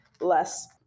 less